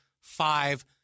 five